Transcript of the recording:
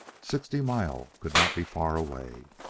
sixty mile could not be far away.